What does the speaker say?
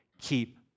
keep